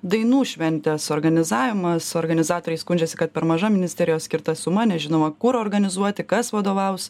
dainų šventės suorganizavimas organizatoriai skundžiasi kad per maža ministerijos skirta suma nežinoma kur organizuoti kas vadovaus